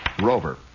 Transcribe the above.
Rover